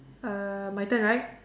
uh my turn right